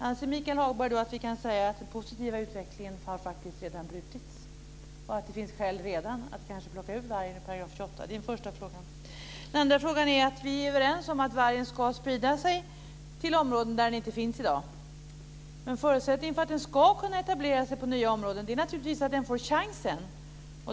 Anser då Michael Hagberg att vi kan säga att den positiva utvecklingen faktiskt redan har brutits och att det redan kanske finns skäl att plocka ut vargen ur 28 §? Det är den första frågan. Så den andra frågan. Vi är överens om att vargen ska sprida sig till områden där den inte finns i dag. Men förutsättningen för att den ska kunna etablera sig i nya områden är naturligtvis att den får chansen.